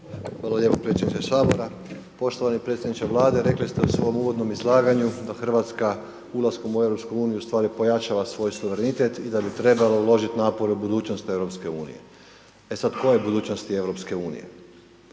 razumije./...predsjedniče Sabora, poštovani predsjedniče Vlade. Rekli ste u svom uvodnom izlaganju da je Hrvatska ulaskom u Europsku uniju ustvari pojačala svoj suverenitet i da bi trebalo uložiti napor u budućnost Europske unije. E sad koje budućnosti